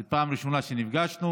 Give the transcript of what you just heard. זו הפעם הראשונה שנפגשנו,